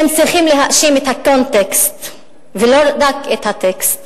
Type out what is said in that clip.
צריכים להאשים את הקונטקסט ולא רק את הטקסט.